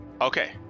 Okay